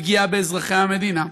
לפגיעה באזרחי המדינה.